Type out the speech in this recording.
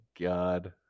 god